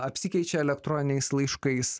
apsikeičia elektroniniais laiškais